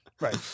Right